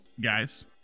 guys